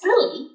silly